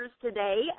today